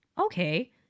Okay